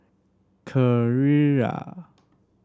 Carrera